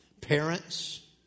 Parents